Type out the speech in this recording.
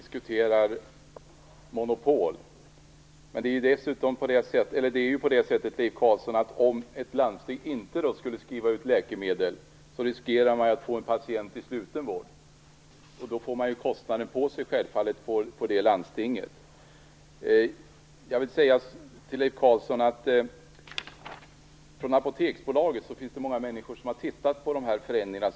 Fru talman! Leif Carlson diskuterar monopol. Det är ju på det sättet, Leif Carlson, att om ett landsting inte skulle skriva ut läkemedel, riskerar det att få en patient i sluten vård, och då får man självfallet kostnaden på sig i det landstinget. Jag vill också säga till Leif Carlson att många från Apoteksbolaget har tittat närmare på förändringarna.